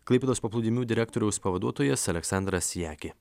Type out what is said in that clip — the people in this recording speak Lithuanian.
klaipėdos paplūdimių direktoriaus pavaduotojas aleksandras siaki